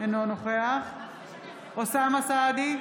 אינו נוכח אוסאמה סעדי,